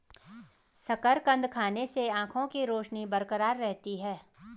शकरकंद खाने से आंखों के रोशनी बरकरार रहती है